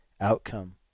outcome